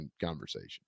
conversation